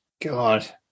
God